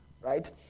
Right